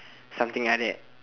something like that